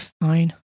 Fine